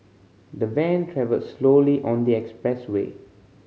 the van travelled slowly on the expressway